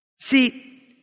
See